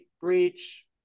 breach